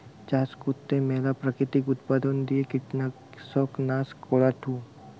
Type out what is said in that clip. চাষ করতে ম্যালা প্রাকৃতিক উপাদান দিয়ে কীটপতঙ্গ নাশ করাঢু